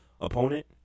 opponent